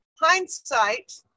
hindsight